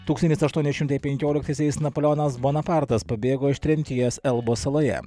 tūkstantis aštuoni šimtai penkioliktaisiais napoleonas bonapartas pabėgo iš tremties elbo saloje